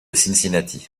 cincinnati